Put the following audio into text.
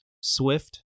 swift